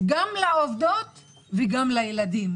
גם לעובדות וגם לילדים.